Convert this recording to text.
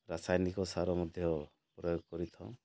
ରାସାୟନିକ ସାର ମଧ୍ୟ ପ୍ରୟୋଗ କରିଥାଉଁ